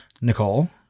nicole